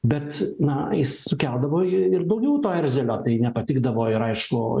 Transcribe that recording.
bet na jis sukeldavo ir daugiau to erzelio tai nepatikdavo ir aišku